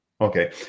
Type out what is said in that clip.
Okay